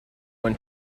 when